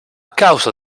causa